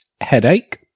Headache